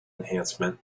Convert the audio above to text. enhancement